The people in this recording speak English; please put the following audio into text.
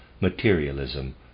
materialism